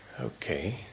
Okay